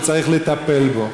וצריך לטפל בו.